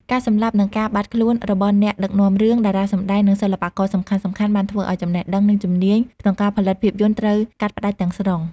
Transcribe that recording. ការសម្លាប់ និងការបាត់ខ្លួនរបស់អ្នកដឹកនាំរឿង តារាសម្តែង និងសិល្បករសំខាន់ៗបានធ្វើឲ្យ ចំណេះដឹង និងជំនាញ ក្នុងការផលិតភាពយន្តត្រូវកាត់ផ្តាច់ទាំងស្រុង។